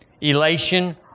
elation